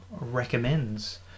recommends